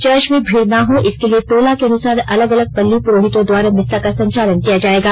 church में भीड़ ना हो इसके लिए टोला के अनुसार अलग अलग पल्ली पुरोहितों द्वारा मिस्सा का संचालन किया जाएगा